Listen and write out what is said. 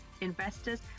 investors